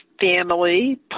family